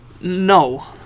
No